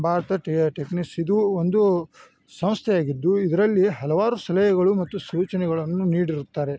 ಭಾರತದ್ ಟೆಫ್ನಿಸ್ ಇದು ಒಂದು ಸಂಸ್ಥೆಯಾಗಿದ್ದು ಇದರಲ್ಲಿ ಹಲವಾರು ಸಲಹೆಗಳು ಮತ್ತು ಸೂಚನೆಗಳನ್ನು ನೀಡಿರುತ್ತಾರೆ